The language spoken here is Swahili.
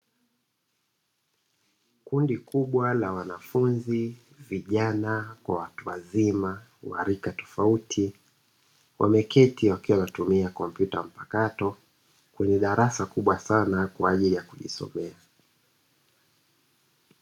Kundi kubwa la wanafunzi vijana kwa watu wazima wa rika tofauti wameketi wakiwa wanatumia kompyuta mpakato, kwenye darasa kubwa sana kwa akili ya kujisomea.